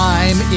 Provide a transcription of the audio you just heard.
Time